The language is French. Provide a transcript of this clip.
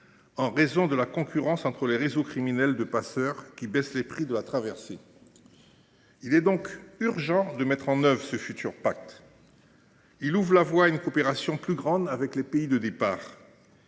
en raison de la concurrence entre les réseaux criminels de passeurs, qui baissent les prix de la traversée. Il est donc urgent de mettre en œuvre ce futur pacte. Il ouvre la voie à une coopération plus grande avec les pays de départ.